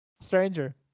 Stranger